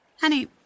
Honey